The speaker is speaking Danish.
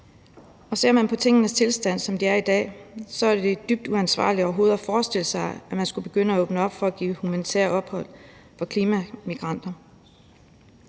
Ser man på tingenes tilstand, som det er i dag, er det dybt uansvarligt overhovedet at forestille sig, at man skulle begynde at åbne op for at give humanitært ophold for klimamigranter.